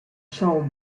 sold